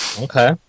Okay